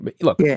Look